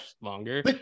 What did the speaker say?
longer